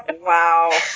Wow